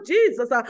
Jesus